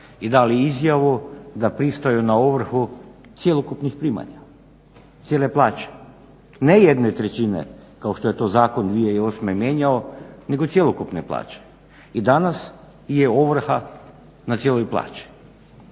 i dali izjavu da pristaju na ovrhu cjelokupnih primanja, cijele plaće, ne 1/3 kao što je to zakon 2008. mijenjao nego cjelokupne plaće. I danas je ovrha na cijeloj plaći.